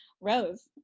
Rose